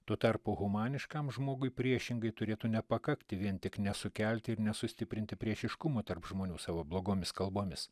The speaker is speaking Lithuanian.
tuo tarpu humaniškam žmogui priešingai turėtų nepakakti vien tik nesukelti ir nesustiprinti priešiškumo tarp žmonių savo blogomis kalbomis